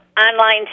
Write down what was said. online